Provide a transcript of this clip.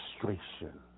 frustration